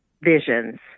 visions